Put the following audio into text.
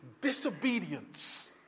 Disobedience